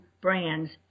brands